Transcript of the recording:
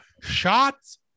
Shots